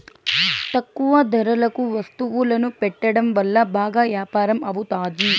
తక్కువ ధరలకు వత్తువులను పెట్టడం వల్ల బాగా యాపారం అవుతాది